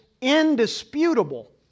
indisputable